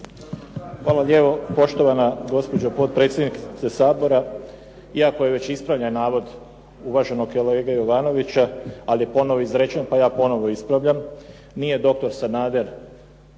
Hvala lijepo poštovana gospođo potpredsjednice Sabora. Iako je već ispravljen navod uvaženog kolege Jovanovića, ali je ponovno izrečen pa ja ponovo ispravljam. Nije doktor Sanader